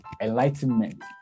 enlightenment